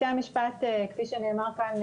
כפי שנאמר כאן,